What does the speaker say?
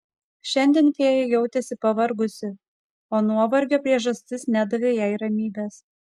šiandien fėja jautėsi pavargusi o nuovargio priežastis nedavė jai ramybės